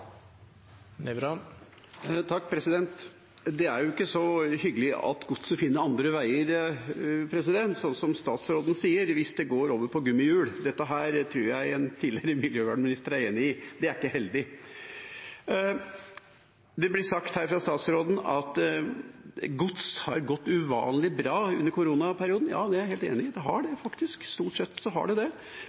ikke så hyggelig at godset finner andre veier, som statsråden sier, hvis godset går over på gummihjul. Dette tror jeg en tidligere miljøvernminister er enig i – det er ikke heldig. Det blir sagt her fra statsråden at gods har gått uvanlig bra under koronaperioden. Ja, det er jeg helt enig i – det har det faktisk, stort sett så har det det.